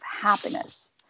happiness